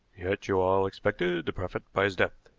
yet you all expected to profit by his death?